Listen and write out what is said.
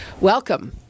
Welcome